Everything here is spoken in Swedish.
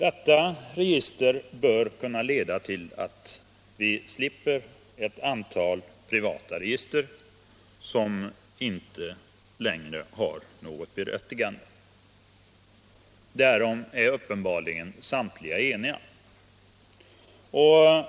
Ett sådant register borde kunna leda till att vi slipper ett antal privata register, som inte längre har något berättigande. Därom är uppenbarligen alla eniga.